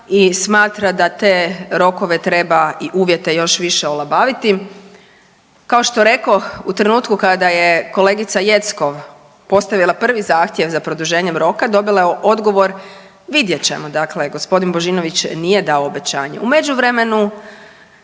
i smatra da te rokove treba i uvijete još više olabaviti. Kao što rekoh u trenutku kada je kolegica Jeckov postavila prvi zahtjev za produženjem roka, dobila je odgovor vidjet ćemo, dakle gospodin Božinović nije dao obećanje. U međuvremenu